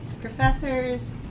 professors